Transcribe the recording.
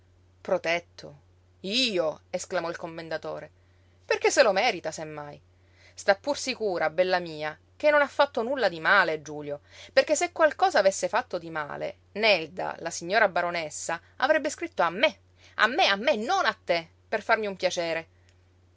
protetto io esclamò il commendatore perché se lo merita se mai sta pur sicura bella mia che non ha fatto nulla di male giulio perché se qualcosa avesse fatto di male nelda la signora baronessa avrebbe scritto a me a me a me non a te per farmi un piacere